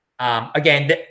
Again